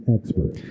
expert